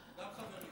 הוא גם חברי,